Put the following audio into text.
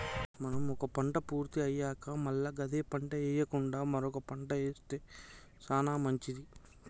మనం ఒక పంట పూర్తి అయ్యాక మల్ల గదే పంట ఎయ్యకుండా మరొక పంట ఏస్తె సానా మంచిది